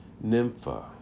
Nympha